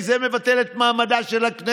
כי זה מבטל את מעמדה של הכנסת,